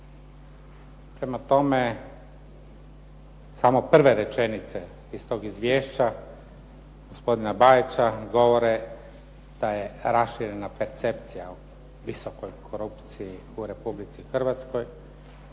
Prema tome, samo prve rečenice iz tog Izvješća gospodina Bajića govore da je raširena percepcija u visokoj korupciji u Republici Hrvatskoj